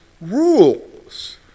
rules